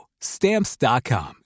stamps.com